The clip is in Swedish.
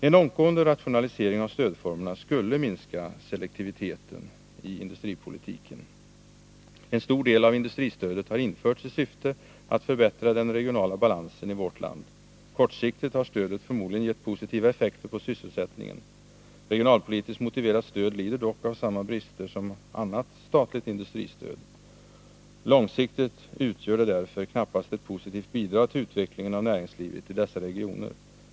En långtgående rationalisering av stödformerna skulle minska selektiviteten i industripolitiken. En stor del av industristödet har införts i syfte att förbättra den regionala balansen i vårt land. Kortsiktigt har stödet förmodligen gett positiva effekter på sysselsättningen. Regionalpolitiskt motiverat stöd lider dock av samma brister som annat statligt industristöd. Långsiktigt utgör det därför knappast ett positivt bidrag till utvecklingen av näringslivet i dessa regioner.